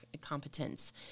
competence